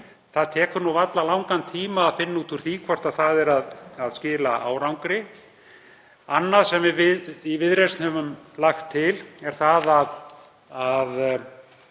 Það tekur varla langan tíma að finna út úr því hvort það er að skila árangri. Annað sem við í Viðreisn höfum lagt til er að